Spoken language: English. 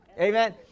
Amen